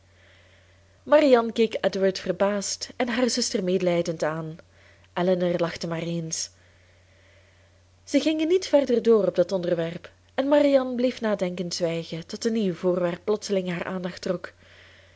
marianne keek edward verbaasd en haar zuster medelijdend aan elinor lachte maar eens ze gingen niet verder door op dat onderwerp en marianne bleef nadenkend zwijgen tot een nieuw voorwerp plotseling haar aandacht trok